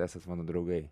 esat mano draugai